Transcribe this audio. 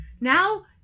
Now